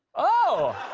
oh!